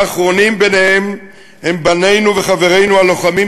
האחרונים ביניהם הם בנינו וחברינו הלוחמים